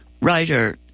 writer